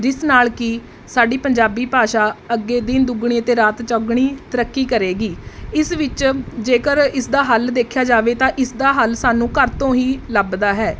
ਜਿਸ ਨਾਲ ਕਿ ਸਾਡੀ ਪੰਜਾਬੀ ਭਾਸ਼ਾ ਅੱਗੇ ਦਿਨ ਦੁੱਗਣੀ ਅਤੇ ਰਾਤ ਚੌਗਣੀ ਤਰੱਕੀ ਕਰੇਗੀ ਇਸ ਵਿੱਚ ਜੇਕਰ ਇਸਦਾ ਹੱਲ ਦੇਖਿਆ ਜਾਵੇ ਤਾਂ ਇਸਦਾ ਹੱਲ ਸਾਨੂੰ ਘਰ ਤੋਂ ਹੀ ਲੱਭਦਾ ਹੈ